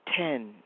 Ten